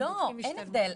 לא, אין הבדל.